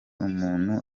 umuntu